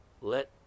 Let